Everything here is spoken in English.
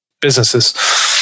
businesses